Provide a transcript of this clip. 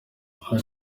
hari